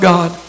God